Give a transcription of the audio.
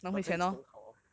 but 可以重考 orh